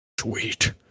Sweet